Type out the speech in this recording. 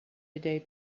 today